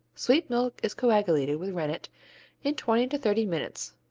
sweet milk is coagulated with rennet in twenty to thirty minutes,